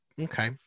Okay